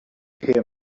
him